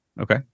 Okay